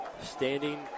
Standing